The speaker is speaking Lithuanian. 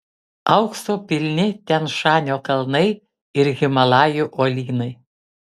aukso pilni tian šanio kalnai ir himalajų uolynai